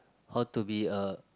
how to be a